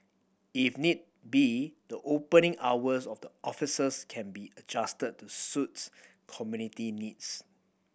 if need be the opening hours of the offices can be adjusted to suits community needs